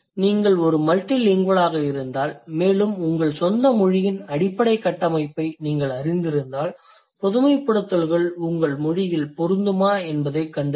நீங்கள் ஒரு மல்டிலிங்குவலாக இருந்தால் மேலும் உங்கள் சொந்த மொழியின் அடிப்படை கட்டமைப்பை நீங்கள் அறிந்திருந்தால் பொதுமைப்படுத்தல்கள் உங்கள் மொழியில் பொருந்துமா என்பதைக் கண்டறியவும்